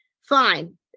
Fine